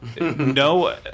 No